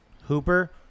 Hooper